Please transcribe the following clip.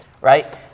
right